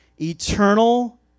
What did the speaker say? Eternal